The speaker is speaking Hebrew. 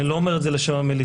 אני לא אומר את זה לשם המליצה.